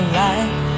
life